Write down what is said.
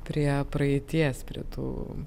prie praeities prie tų